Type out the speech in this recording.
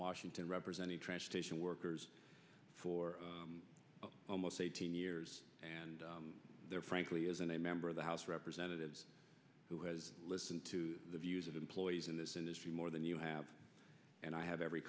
washington representing transportation workers for almost eighteen years and there frankly isn't a member of the house presented is who has listened to the views of employees in this industry more than you have and i have every